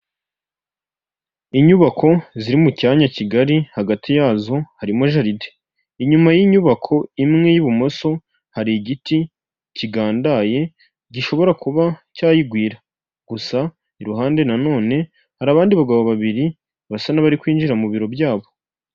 Inyubako ziri mu cyanya kigali, hagati yazo harimo jaride, inyuma y'inyubako imwe y'ibumoso, hari igiti kigandaye, gishobora kuba cyayigwira, gusa iruhande nanone hari abandi bagabo babiri basa n'abari kwinjira mu biro byabo.